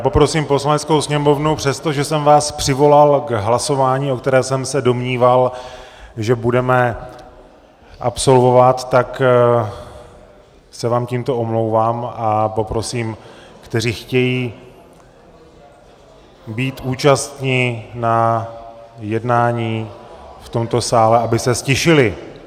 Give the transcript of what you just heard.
Poprosím Poslaneckou sněmovnou, přestože jsem vás přivolal k hlasování, o kterém jsem se domníval, že ho budeme absolvovat, tak se vám tímto omlouvám a poprosím ty, kteří chtějí být účastni na jednání v tomto sále, aby se ztišili.